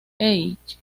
heights